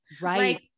right